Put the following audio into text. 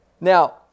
Now